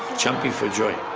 jumping for joy.